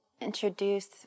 introduce